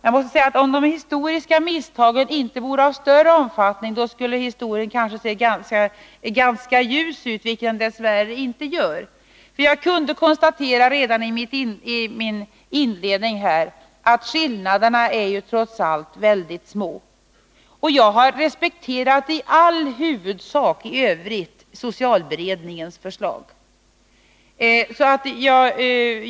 Jag måste säga att om de historiska misstagen inte vore av större omfattning, skulle historien se ganska ljus ut, vilket den dess värre inte gör. Jag kunde redan i mitt inledningsanförande konstatera att skillnaderna trots allt är väldigt små. Jag har i övrigt i huvudsak respekterat socialberedningens förslag.